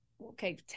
okay